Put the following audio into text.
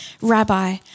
Rabbi